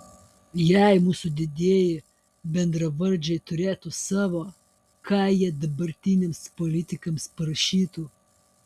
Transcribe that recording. jei mūsų didieji bendravardžiai turėtų savo ką jie dabartiniams politikams parašytų